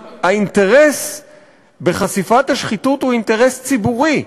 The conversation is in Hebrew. האינטרס בחשיפת השחיתות הוא אינטרס ציבורי,